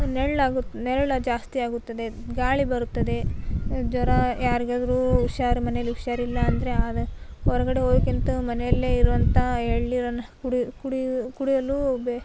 ನೆರ್ಳು ಹಾಗೂ ನೆರಳು ಜಾಸ್ತಿ ಆಗುತ್ತದೆ ಗಾಳಿ ಬರುತ್ತದೆ ಜ್ವರ ಯಾರಿದರೂ ಹುಷಾರು ಮನೆಯಲ್ಲಿ ಹುಷಾರಿಲ್ಲ ಅಂದರೆ ಅದು ಹೊರಗಡೆ ಹೋಗೋಕ್ಕಿಂತ ಮನೆಯಲ್ಲೇ ಇರುವಂತಹ ಎಳನೀರನ್ನ ಕುಡಿ ಕುಡಿ ಕುಡಿಯಲು ಬೆ